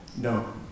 No